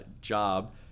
job